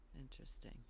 Interesting